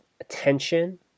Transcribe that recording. attention